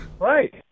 right